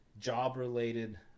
job-related